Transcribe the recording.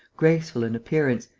graceful in appearance,